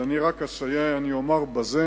אני אסיים ואומר בזה